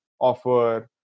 offer